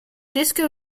disco